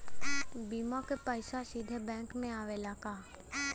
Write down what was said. बीमा क पैसा सीधे बैंक में आवेला का?